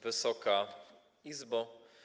Wysoka Izbo!